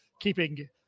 keeping